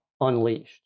unleashed